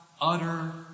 utter